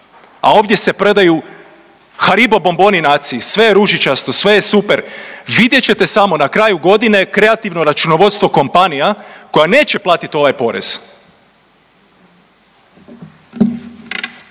A ovdje se predaju haribo bomboni naciji, sve je ružičasto, sve je super. Vidjet ćete samo na kraju godine kreativno računovodstvo kompanija koja neće platiti ovaj porez.